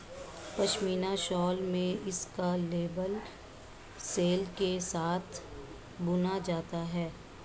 pashmina shawl में इसका label सोल के साथ बुना जाता है